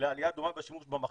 לעלייה דומה בשימוש במחשב.